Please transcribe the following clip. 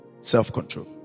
Self-control